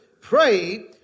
pray